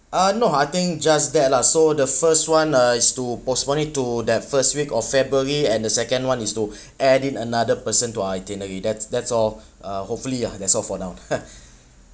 uh no I think just that lah so the first one uh is to postponed it to that first week of february and the second one is to add in another person to itinerary that's that's all uh hopefully ah that's all for now